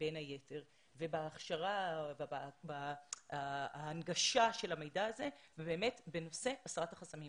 בין היתר ובהכשרה וההנגשה של המידע הזה ובאמת בנושא הסרת החסמים.